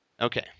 Okay